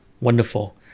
Wonderful